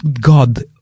God